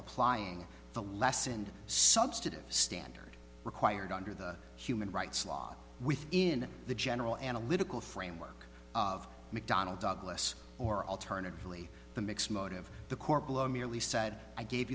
applying the lessened substantive standard required under the human rights law within the general analytical framework of mcdonnell douglas or alternatively the mixed motive the court below merely said i gave